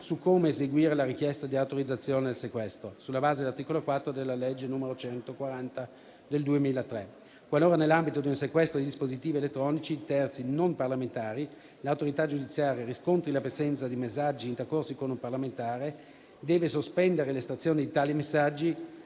su come eseguire la richiesta di autorizzazione al sequestro sulla base dell'articolo 4 della legge n. 140 del 2003. Qualora, nell'ambito di un sequestro di dispositivi elettronici di terzi non parlamentari, l'autorità giudiziaria riscontri la presenza di messaggi intercorsi con un parlamentare, deve sospendere l'estrazione di tali messaggi